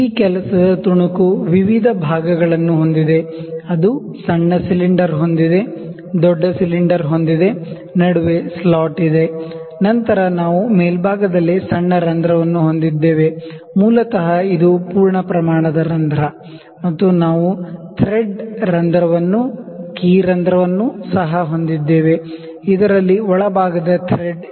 ಈ work piece ದ ವಿವಿಧ ಭಾಗಗಳನ್ನು ಹೊಂದಿದೆ ಅದು ಸಣ್ಣ ಸಿಲಿಂಡರ್ ಹೊಂದಿದೆ ದೊಡ್ಡ ಸಿಲಿಂಡರ್ ಹೊಂದಿದೆ ನಡುವೆ ಸ್ಲಾಟ್ ಇದೆ ನಂತರ ನಾವು ಮೇಲ್ಭಾಗದಲ್ಲಿ ಸಣ್ಣ ರಂಧ್ರವನ್ನು ಹೊಂದಿದ್ದೇವೆ ಮೂಲತಃ ಇದು ಪೂರ್ಣಪ್ರಮಾಣದ ರಂಧ್ರ ಮತ್ತು ನಾವು ಥ್ರೆಡ್ ರಂಧ್ರವನ್ನು ಕೀ ರಂಧ್ರವನ್ನು ಸಹ ಹೊಂದಿದ್ದೇವೆ ಇದರಲ್ಲಿ ಒಳಭಾಗದ ಥ್ರೆಡ್ ಇದೆ